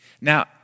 now